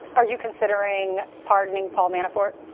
are you considering pardoning paul manafort?